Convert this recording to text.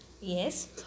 Yes